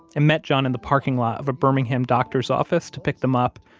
and met john in the parking lot of a birmingham doctor's office to pick them up,